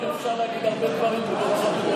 על גדעון אפשר להגיד הרבה דברים, אבל הוא לא צבוע.